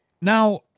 now